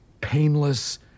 painless